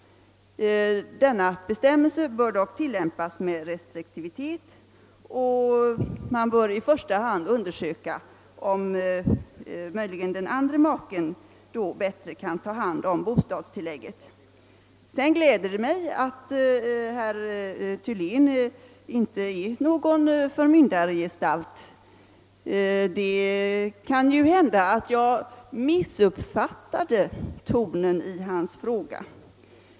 Denna bestämmelse bör dock tilllämpas med restriktivitet, och man bör i första hand undersöka om möjligen den andra maken bättre kan ta hand om bostadstillägget. Det gläder mig att herr Thylén inte är någon förmyndargestalt. Det kan hända att jag missuppfattade tonen i hans fråga.